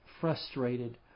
frustrated